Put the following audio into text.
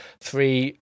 three